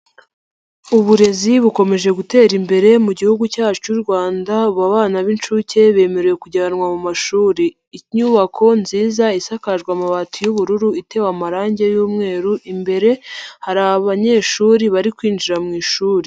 Uburezi bukomeje gutera imbere mu gihugu cyacu cy'u Rwanda ubu abana b'inshuke bemerewe kujyanwa mu mashuri, inyubako nziza isakaje amabati y'ubururu, itewe amarangi y'umweru, imbere hari abanyeshuri bari kwinjira mu ishuri.